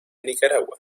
nicaragua